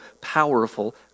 powerful